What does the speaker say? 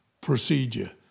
procedure